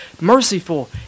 merciful